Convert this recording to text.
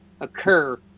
occur